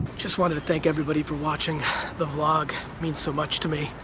just wanted to thank everybody for watching the vlog. means so much to me.